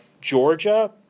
Georgia